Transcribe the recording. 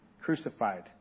crucified